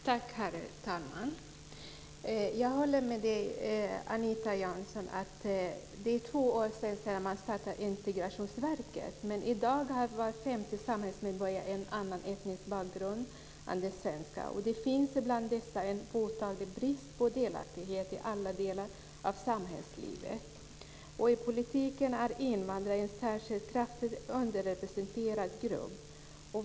Herr talman! Jag håller med Anita Jönsson. Det är två år sedan man startade Integrationsverket. Men i dag har var femte samhällsmedborgare en annan etnisk bakgrund än den svenska, och det finns bland dessa en påtaglig brist på delaktighet i alla delar av samhällslivet. I politiken är invandrare en särskilt kraftigt underrepresenterad grupp.